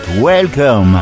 Welcome